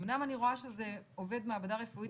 אמנם אני רואה שזה עובד מעבדה רפואית,